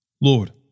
Lord